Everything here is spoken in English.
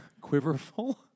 Quiverful